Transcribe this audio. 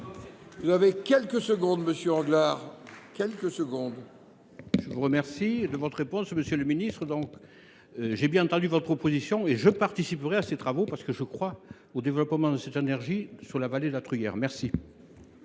à M. Jean Claude Anglars, pour la réplique. Je vous remercie de votre réponse, monsieur le ministre. J’ai bien entendu votre proposition et je participerai à ces travaux, parce que je crois au développement de cette énergie sur la vallée de la Truyère. La